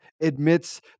admits